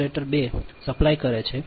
generator બે supply કરે છે